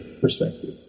perspective